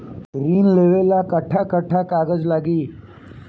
ऋण लेवेला कट्ठा कट्ठा कागज लागी?